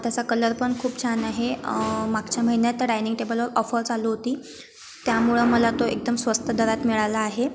त्याचा कलर पण खूप छान आहे मागच्या महिन्यात त्या डायनिंग टेबलवर ऑफर चालू होती त्यामुळं मला तो एकदम स्वस्त दरात मिळाला आहे